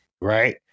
right